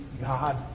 God